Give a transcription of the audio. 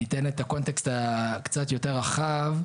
ניתן את הקונטקסט הקצת יותר רחב,